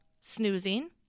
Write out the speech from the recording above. snoozing